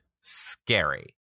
Scary